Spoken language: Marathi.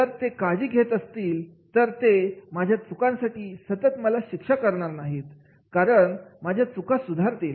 जर ते माझी काळजी घेत असतील तर ते माझ्या चुकांसाठी मला सतत शिक्षा करणार नाहीत तर माझ्या चुका सुधारतील